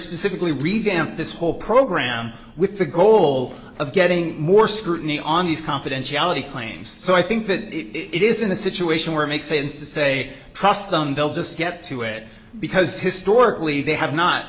specifically revamped this whole program with the goal of getting more scrutiny on these confidentiality claims so i think that it isn't a situation where makes sense to say trust them they'll just get to it because historically they have not